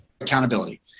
accountability